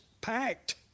packed